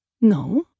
No